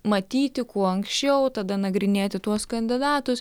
matyti kuo anksčiau tada nagrinėti tuos kandidatus